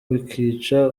bikica